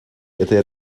этой